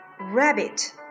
rabbit